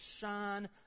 shine